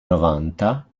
novanta